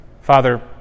Father